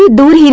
boon